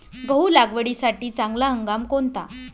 गहू लागवडीसाठी चांगला हंगाम कोणता?